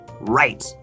Right